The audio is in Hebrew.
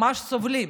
ממש סובלים,